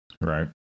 Right